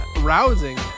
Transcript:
Rousing